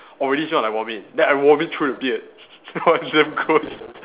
already smell like vomit then I vomit through the beard that was damn gross